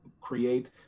create